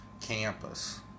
campus